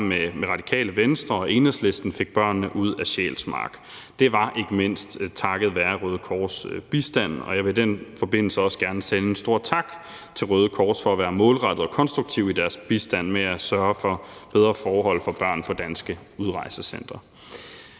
med Radikale Venstre og Enhedslisten fik børnene ud af Sjælsmark. Det var ikke mindst takket være Røde Kors' bistand, og jeg vil i den forbindelse også gerne sende en stor tak til Røde Kors for at være målrettede og konstruktive i deres bistand med at sørge for bedre forhold for børn på danske udrejsecentre.